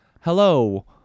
hello